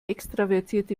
extravertierte